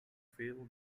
fill